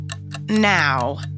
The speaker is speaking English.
now